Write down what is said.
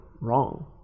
wrong